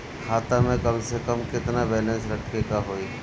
खाता में कम से कम केतना बैलेंस रखे के होईं?